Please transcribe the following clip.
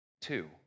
two